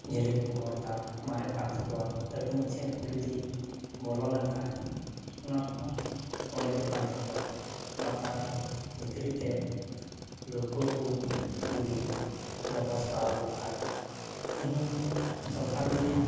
ᱡᱷᱟᱹᱞᱤ ᱠᱚᱠᱚ ᱚᱨᱫᱟ ᱢᱟᱨᱮᱜ ᱠᱟᱱ ᱛᱟᱠᱚᱣᱟ ᱞᱟᱹᱴᱩ ᱢᱟᱪᱷᱟ ᱦᱟᱹᱠᱩ ᱡᱚᱫᱤᱭ ᱵᱚᱞᱚᱞᱮᱱ ᱠᱷᱟᱡ ᱚᱱᱟ ᱠᱚᱦᱚᱸ ᱚᱲᱮᱡᱚᱜ ᱠᱟᱱᱛᱟᱠᱚᱣᱟ ᱵᱟ ᱛᱟᱨ ᱵᱷᱤᱛᱨᱤᱛᱮ ᱞᱟᱹᱣᱠᱟᱹᱠᱚ ᱡᱚᱫᱤ ᱵᱮᱵᱚᱥᱛᱟ ᱟᱠᱚ ᱠᱷᱟᱡ ᱛᱮᱦᱮᱧ ᱥᱚᱨᱠᱟᱨ ᱡᱚᱫᱤ